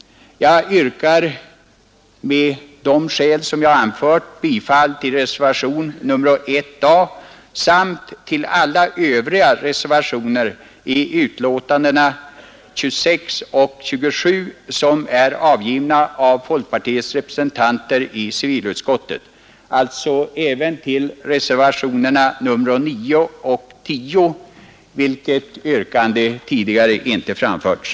Jag yrkar av de skäl som jag anfört bifall till reservationen 1 a vid civilutskottets betänkande nr 27 samt till alla övriga av folkpartiets representanter i civilutskottet avgivna reservationer vid civilutskottets betänkanden nr 26 och 27, alltså även till reservationerna 9 och 10 vid civilutskottets betänkande nr 27, till vilka tidigare inte yrkats bifall.